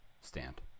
stand